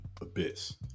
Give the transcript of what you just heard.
abyss